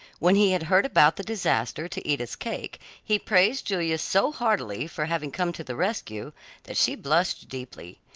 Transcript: when he had heard about the disaster to edith's cake he praised julia so heartily for having come to the rescue that she blushed deeply.